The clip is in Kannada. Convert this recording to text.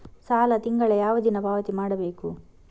ಸಾಲ ತಿಂಗಳ ಯಾವ ದಿನ ಪಾವತಿ ಮಾಡಬೇಕು?